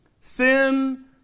Sin